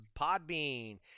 podbean